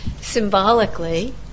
Symbolically